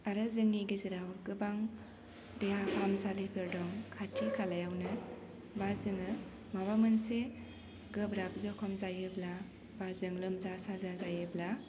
आरो जोंनि गेजेराव गोबां देहा फाहामसालिफोर दं खाथि खालायावनो बा जोङो माबा मोनसे गोब्राब जखम जायोब्ला बा जों लोमजा साजा जायोब्ला